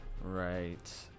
Right